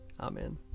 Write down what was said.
Amen